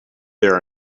there